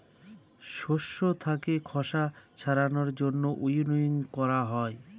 শস্য থাকে খোসা ছাড়ানোর জন্য উইনউইং করা হয়